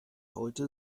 heute